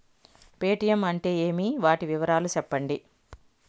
Paytm అంటే ఏమి, వాటి వివరాలు సెప్పండి?